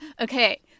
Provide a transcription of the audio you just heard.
Okay